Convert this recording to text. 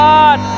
God